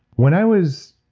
when i was